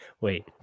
wait